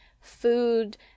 food